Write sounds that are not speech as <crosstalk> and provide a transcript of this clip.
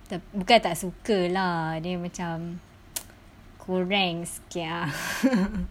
bukan tak suka lah dia macam <noise> kurang sikit ah <laughs>